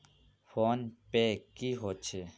Phone पै की होचे?